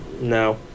No